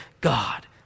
God